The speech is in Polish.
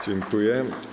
Dziękuję.